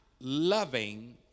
loving